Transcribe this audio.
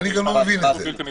אני גם לא מבין את זה.